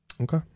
Okay